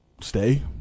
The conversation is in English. stay